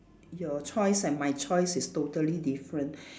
your choice and my choice is totally different